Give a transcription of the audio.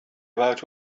about